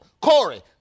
Corey